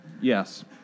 Yes